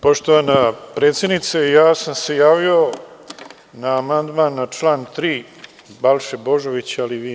Poštovana predsednice, ja sam se javio na amandman na član 3. Balše Božovića, ali vi verovatno…